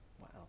Wow